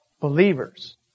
believers